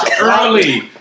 early